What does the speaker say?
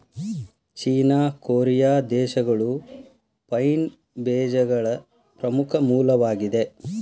ಚೇನಾ, Korea ದೇಶಗಳು pine ಬೇಜಗಳ ಪ್ರಮುಖ ಮೂಲವಾಗಿದೆ